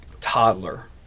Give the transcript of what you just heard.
toddler